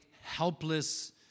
helpless